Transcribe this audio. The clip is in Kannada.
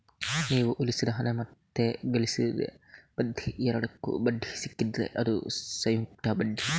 ನೀವು ಉಳಿಸಿದ ಹಣ ಮತ್ತೆ ಗಳಿಸಿದ ಬಡ್ಡಿ ಎರಡಕ್ಕೂ ಬಡ್ಡಿ ಸಿಕ್ಕಿದ್ರೆ ಅದು ಸಂಯುಕ್ತ ಬಡ್ಡಿ